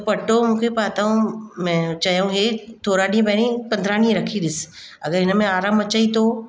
त पटो मूंखे पातूं में चयो इहे थोरा ॾींहं पहिरीं पंद्रहं ॾींहं रखी ॾिसु अगरि हिन में आराम अचई थो